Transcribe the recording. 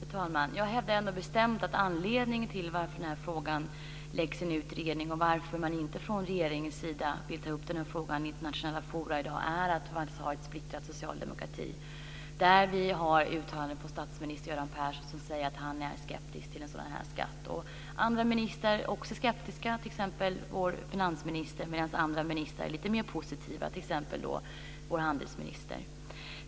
Fru talman! Jag hävdar ändå bestämt att anledningen till att frågan läggs i en utredning och till att man från regeringens sida i dag inte vill ta upp frågan i internationella forum faktiskt är att socialdemokratin är splittrad. Vi har ju uttalanden från statsminister Göran Persson om att han är skeptisk till en sådan här skatt. Det finns också andra ministrar som är skeptiska, t.ex. vår finansminister, medan bl.a. vår handelsminister är lite mer positiv.